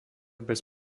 bez